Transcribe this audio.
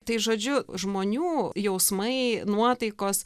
tai žodžiu žmonių jausmai nuotaikos